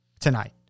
tonight